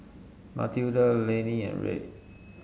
Matilda Lanie and Red